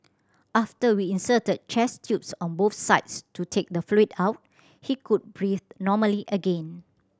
after we inserted chest tubes on both sides to take the fluid out he could breathe normally again